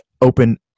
open